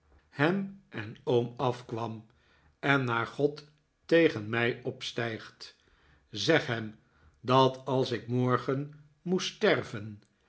hem en oom afkwam en naar god tegen mij opstijgt zeg hem dat als ik morgen moest sterven